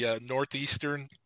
Northeastern